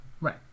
Right